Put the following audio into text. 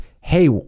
hey